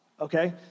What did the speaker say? okay